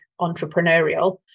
entrepreneurial